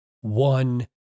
one